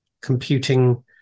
computing